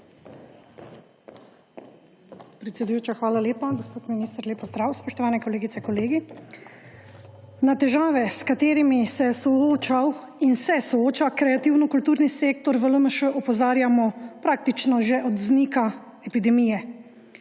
Predsedujoča, hvala lepa. Gospod minister, lep pozdrav. Spoštovane kolegice in kolegi! Na težave, s katerimi se je soočal in se sooča kreativno-kulturni sektor, v LMŠ opozarjamo praktično že od vznika epidemije.